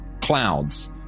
Clouds